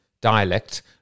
dialect